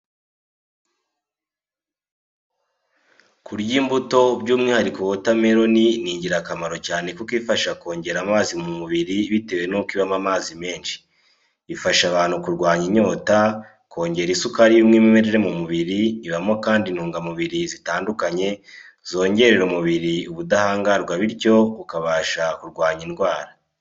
Kurya imbuto by'umwihariko wota meloni ni ingirakamaro cyane kuko ifasha kongera amazi mu mubiri bitewe n'uko ibamo amazi menshi, ifasha abantu kurwanya inyota, kongera isukari y'umwimerere mu mubiri, ibamo kandi intungamubiri zitandukanye zongerera umubiriri ubudahangarwa bityo ukabasha kurwanya indwara.